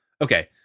Okay